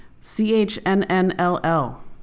C-H-N-N-L-L